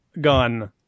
gun